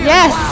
Yes